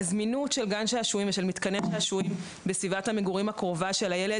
הזמינות של גן שעשועים ושל מתקני שעשועים בסביבת המגורים הקרובה של הילד